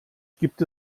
gibt